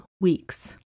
weeks